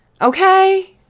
Okay